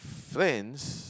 friends